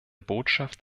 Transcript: botschaft